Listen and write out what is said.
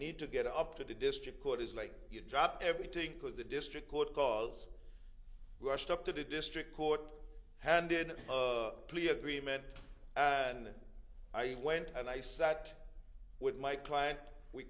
need to get up to the district court is like you drop everything because the district court calls rushed up to the district court handed a plea agreement and i went and i sat with my client we